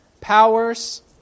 powers